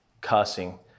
cussing